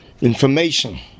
information